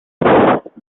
got